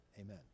amen